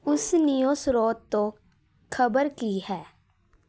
ਉਸ ਨਿਊ ਸਰੋਤ ਤੋਂ ਖ਼ਬਰ ਕੀ ਹੈ